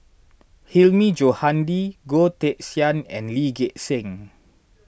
Hilmi Johandi Goh Teck Sian and Lee Gek Seng